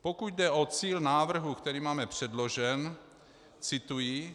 Pokud jde o cíl návrhu, který máme předložen cituji: